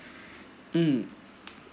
mm